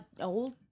old